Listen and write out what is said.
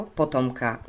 potomka